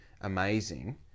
amazing